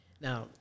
Now